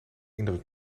indruk